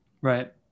Right